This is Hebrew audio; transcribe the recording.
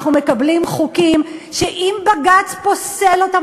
אנחנו מקבלים חוקים שאם בג"ץ פוסל אותם